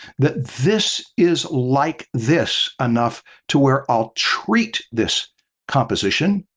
that this is like this enough to where i'll treat this composition,